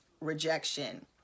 rejection